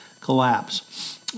collapse